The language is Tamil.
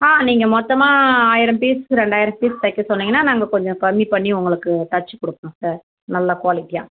ஆ நீங்கள் மொத்தமாக ஆயிரம் பீஸ்ஸு ரெண்டாயிரம் பீஸ் தைக்க சொன்னீங்கன்னா நாங்கள் கொஞ்சம் கம்மி பண்ணி உங்களுக்கு தைச்சிக் கொடுப்போம் சார் நல்லா குவாலிட்டியாக